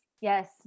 Yes